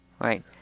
right